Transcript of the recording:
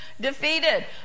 defeated